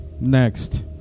next